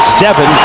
seven